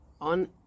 on